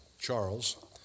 Charles